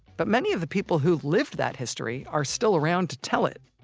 but many of the people who lived that history, are still around to tell it.